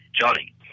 Johnny